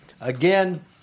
Again